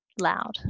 loud